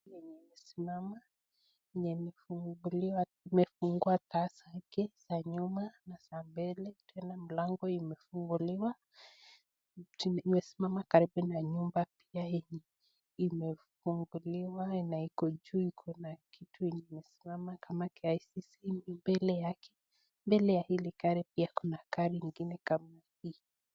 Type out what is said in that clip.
Gari yenye imesimama, imefungua taa zake za nyuma na za mbele ,tena mlango imefunguliwa, imesimama karibu na nyumba pia yenye imefunguliwa na iko juu, iko na kitu yenye imesimama kama KICC mbele yake, mbele ya hili gari pia kuna gari ingine kama hii.